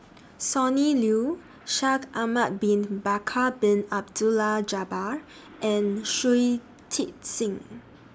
Sonny Liew Shaikh Ahmad Bin Bakar Bin Abdullah Jabbar and Shui Tit Sing